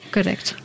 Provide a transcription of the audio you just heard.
Correct